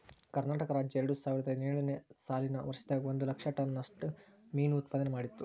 ಕರ್ನಾಟಕ ರಾಜ್ಯ ಎರಡುಸಾವಿರದ ಹದಿನೇಳು ನೇ ಸಾಲಿನ ವರ್ಷದಾಗ ಒಂದ್ ಲಕ್ಷ ಟನ್ ನಷ್ಟ ಮೇನು ಉತ್ಪಾದನೆ ಮಾಡಿತ್ತು